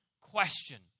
question